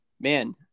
man